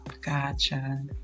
gotcha